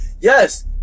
Yes